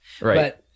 Right